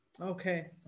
Okay